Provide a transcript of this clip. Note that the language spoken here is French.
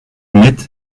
mettent